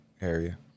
area